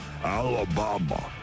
Alabama